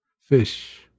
fish